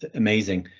ah amazing.